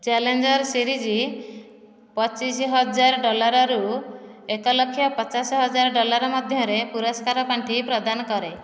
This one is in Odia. ଚ୍ୟାଲେଞ୍ଜର୍ ସିରିଜ୍ ପଚିଶ ହଜାର ଡ଼ଲାରରୁ ଏକ ଲକ୍ଷ ପଚାଶ ହଜାର ଡ଼ଲାର ମଧ୍ୟରେ ପୁରସ୍କାର ପାଣ୍ଠି ପ୍ରଦାନ କରେ